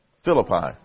Philippi